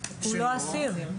--- הוא לא אסיר.